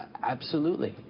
absolutely.